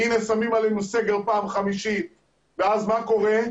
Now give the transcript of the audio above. הנה, שמים עלינו סגר פעם חמישית ואז מה קורה?